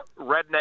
redneck